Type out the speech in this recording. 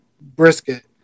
Brisket